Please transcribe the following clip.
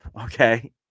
okay